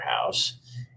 house